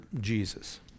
Jesus